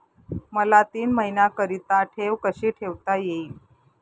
मला तीन महिन्याकरिता ठेव कशी ठेवता येईल?